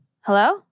Hello